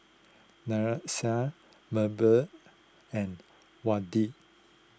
Nyasia Mable and Wade